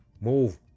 Move